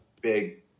big